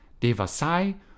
Devasai